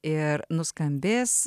ir nuskambės